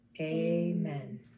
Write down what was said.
Amen